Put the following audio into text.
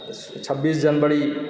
छब्बीस जनवरी